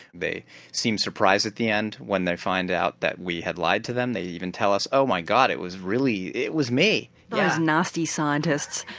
they seem surprised at the end when they find out that we had lied to them, they even tell us, oh my god, it was really, it was me! those nasty scientists.